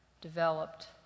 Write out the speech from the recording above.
developed